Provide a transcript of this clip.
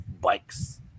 bikes